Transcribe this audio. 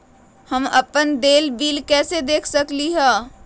हम अपन देल बिल कैसे देख सकली ह?